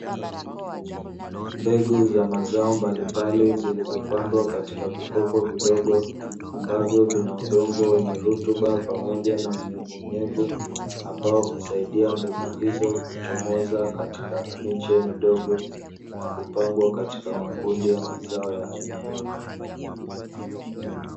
Mbegu za mazao mbalimbali zilizopandwa katika vikopo vidogo, ambavyo vina udongo wenye rutuba pamoja na unyevunyevu, ambao husaidia mbegu hizo kuchomoza katika miche midogo na kupangwa katika makundi ya mazao ya aina moja.